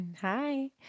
hi